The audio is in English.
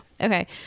Okay